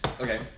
Okay